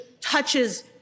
touches